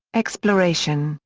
exploration,